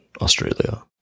Australia